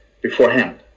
Beforehand